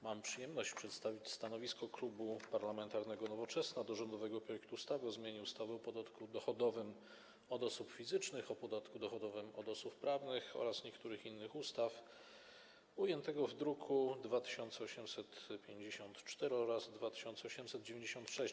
Mam przyjemność przedstawić stanowisko Klubu Poselskiego Nowoczesna co do rządowego projektu ustawy o zmianie ustawy o podatku dochodowym od osób fizycznych, ustawy o podatku dochodowym od osób prawnych oraz niektórych innych ustaw ujętego w drukach nr 2854 oraz 2896.